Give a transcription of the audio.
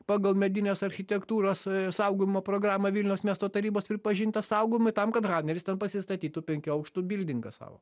pagal medinės architektūros išsaugojimo programą vilniaus miesto tarybos pripažintas saugomu tam kad haneris ten pasistatytų penkių aukštų bildingą savo